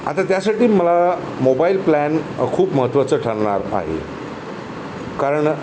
आता त्यासाठी मला मोबाईल प्लॅन खूप महत्त्वाचं ठरणार आहे कारण